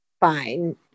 fine